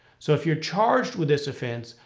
so if you're charged with this offense,